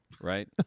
right